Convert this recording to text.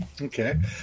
Okay